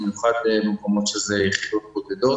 במיוחד במקומות שזה יחידות בודדות.